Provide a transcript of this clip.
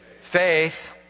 faith